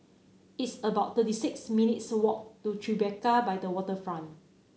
it's about thirty six minutes' walk to Tribeca by the Waterfront